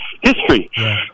history